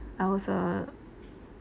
I was a